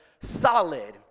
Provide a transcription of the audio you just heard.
solid